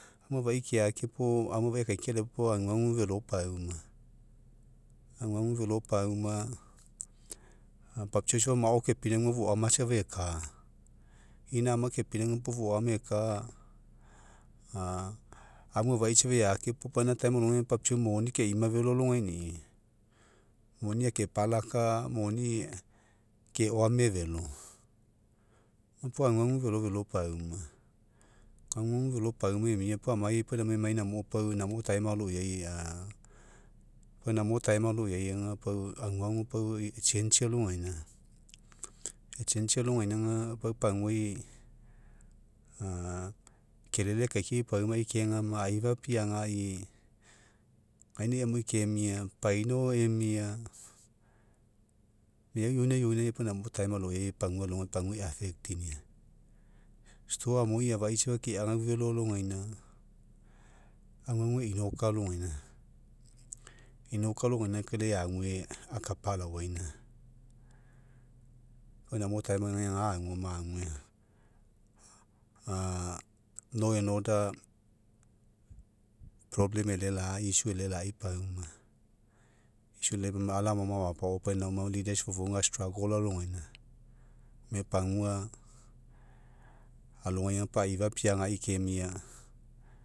Amu afai keake puo amu afai akaikia puo aguagu felopauma. Aguagu felopauma papiau safa mao kepinauga foama safa eka. Ina ama kepinauga puo foama eka amu afai safa eake puo pau ina time alogai papiau moni ke'ima feloalogaini'i. Moni akepalaka moni ke wame felo, puo aguagu felo felopauma. Aguagu felopauma emia pau amai pau amaiamaiamai namo pau namo time aloiai aga pau namo time aloiai aga aguagu pau e'changei alogaina. E'changei alogaina aga pau paguai kelele akaikiai paumai kegama aifa piagai gaina amui kemia painao emia meau ioina ioina pau namo pau time aloiai pagua alogai pagua eaffectinia, stoa amui afai safa keagau alogaina aguagu einoka alogaina. Einoka alogaina kai lai ague ague akapa alaoaina pau inamo time aga ga aguoma ague law and order problem e'ele lai issue e'elelai pauma issue ala amaoma amapaopaina aoma leaders fofougai a'struggle alogaina gome pagua alogai aga aifa piagai